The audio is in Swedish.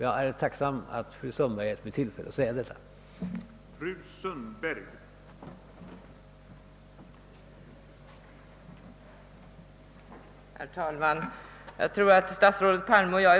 Jag är tacksam över att fru Sundberg givit mig tillfälle att framhålla detta.